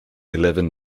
eleven